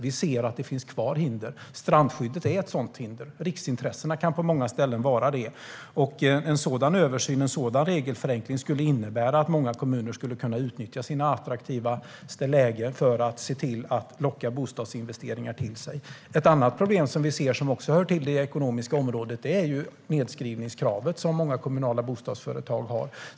Vi ser att det finns hinder kvar. Strandskyddet är ett sådant hinder. Riksintressena kan på många ställen vara det. En översyn, en regelförenkling, skulle innebära att många kommuner skulle kunna utnyttja sina mest attraktiva lägen för att locka till sig bostadsinvesteringar. Ett annat problem, som också hör till det ekonomiska området, är nedskrivningskravet som många kommunala bostadsföretag har.